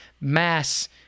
mass